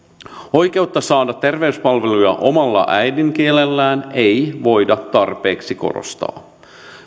oikeutta saada terveyspalveluja omalla äidinkielellään ei voida tarpeeksi korostaa